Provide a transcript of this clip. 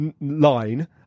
line